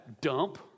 Dump